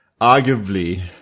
arguably